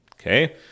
okay